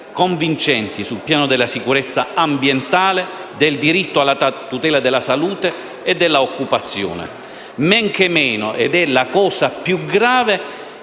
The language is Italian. convincenti sul piano della sicurezza ambientale, del diritto alla tutela della salute e della occupazione. La cosa più grave